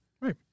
Right